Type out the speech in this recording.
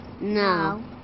No